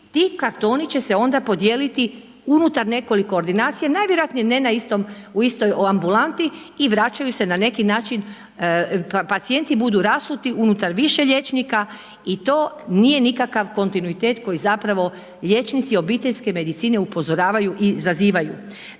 ti kartoni će se onda podijeliti unutar nekoliko ordinacija, najvjerojatnije ne u istoj ambulanti i vraćaju se na neki način pacijenti budu rasuti unutar više liječnika i to nije nikakav kontinuitet koji zapravo liječnici obiteljske medicine upozoravaju i zazivaju.